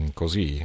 così